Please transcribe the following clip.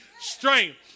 strength